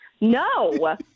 No